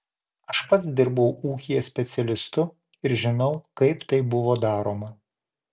aš pats dirbau ūkyje specialistu ir žinau kaip tai buvo daroma